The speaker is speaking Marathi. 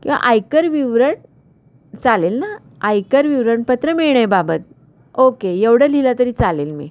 किंवा आयकर विवरण चालेल ना आयकर विवरणपत्र मिळणेबाबत ओके एवढं लिहिलं तरी चालेल मी